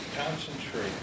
concentrate